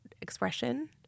expression